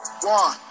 One